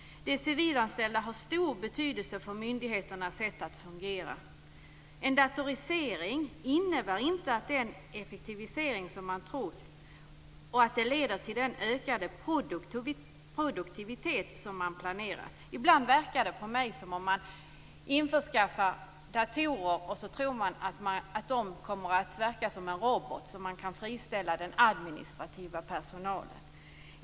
De civilanställda har stor betydelse för myndigheternas sätt att fungera. En datorisering innebär inte den effektivisering som man trott och leder inte till den ökade produktivitet som man planerat. Ibland verkar det som om man införskaffar datorer därför att man tror att de kommer att verka som robotar, så att man kan friställa den administrativa personalen.